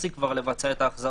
ב-18:30, כבר לבצע את ההחזרה.